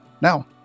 Now